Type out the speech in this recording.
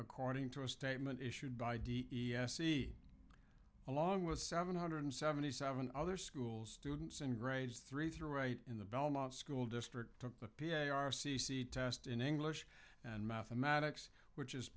according to a statement issued by d e s c along with seven hundred seventy seven other schools students in grades three through eight in the belmont school district took the p a r c c test in english and mathematics which is